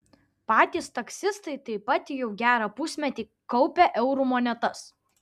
patys taksistai taip pat jau gerą pusmetį kaupia eurų monetas